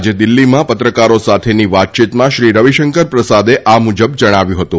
આજે દિલ્હીમાં પત્રકારો સાથેની વાતચીતમાં શ્રી રવિશંકર પ્રસાદે આ મુજબ જણાવ્યું હતું